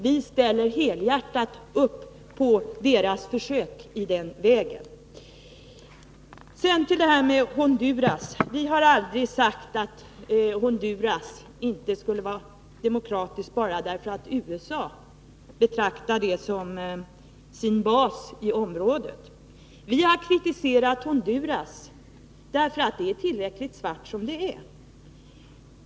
Vi sluter helhjärtat upp bakom deras försök i den vägen. Sedan till frågan om Honduras. Vi har aldrig sagt att Honduras inte skulle vara demokratiskt bara därför att USA betraktar landet som sin bas i området. Vi har kritiserat Honduras, därför att det är tillräckligt svart som det är.